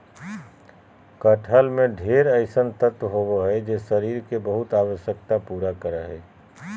कटहल में ढेर अइसन तत्व होबा हइ जे शरीर के बहुत आवश्यकता पूरा करा हइ